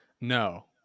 no